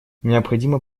необходимо